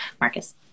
Marcus